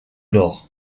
nord